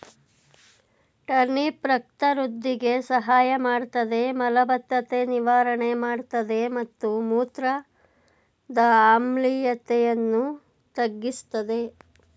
turnip ರಕ್ತ ವೃಧಿಗೆ ಸಹಾಯಮಾಡ್ತದೆ ಮಲಬದ್ಧತೆ ನಿವಾರಣೆ ಮಾಡ್ತದೆ ಮತ್ತು ಮೂತ್ರದ ಆಮ್ಲೀಯತೆಯನ್ನು ತಗ್ಗಿಸ್ತದೆ